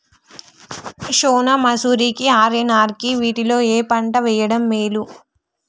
సోనా మాషురి కి ఆర్.ఎన్.ఆర్ వీటిలో ఏ పంట వెయ్యడం మేలు?